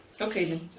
Okay